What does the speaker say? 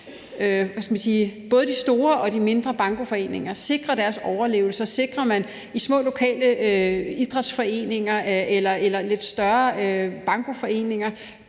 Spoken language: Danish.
både de store og de mindre bankoforeninger, sikre deres overlevelse og sikre, at man i de små lokale idrætsforeninger eller de lidt større bankoforeninger